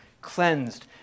cleansed